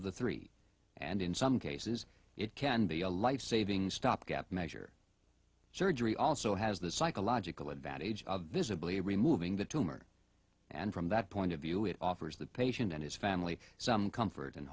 of the three and in some cases it can be a life saving stopgap measure surgery also has the psychological advantage of visibly removing the tumor and from that point of view it offers the patient and his family some comfort and